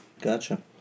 Gotcha